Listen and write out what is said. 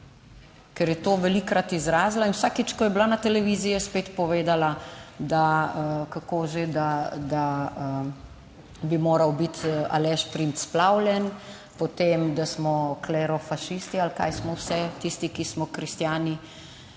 Ker je to velikokrat izrazila in vsakič, ko je bila na televiziji, je spet povedala, da - kako že? - bi moral biti Aleš Primc / nerazumljivo/. Potem, da smo klerofašisti, ali kaj smo vse tisti, ki smo kristjani,